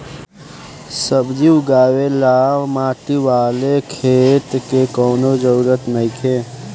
सब्जी उगावे ला माटी वाला खेत के कवनो जरूरत नइखे